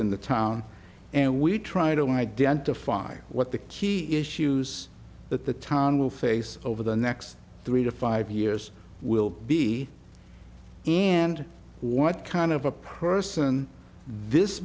the town and we try to identify what the key issues that the town will face over the next three to five years will be and what kind of a person this